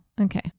okay